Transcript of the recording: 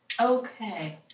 Okay